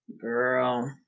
Girl